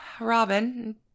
Robin